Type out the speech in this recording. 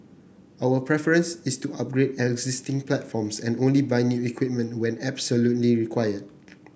our preference is to upgrade existing platforms and only buy new equipment when absolutely required